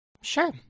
Sure